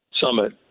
summit